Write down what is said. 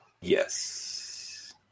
Yes